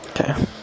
Okay